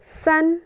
san